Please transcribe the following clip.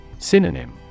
Synonym